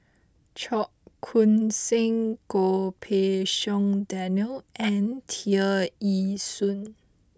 Cheong Koon Seng Goh Pei Siong Daniel and Tear Ee Soon